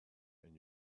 and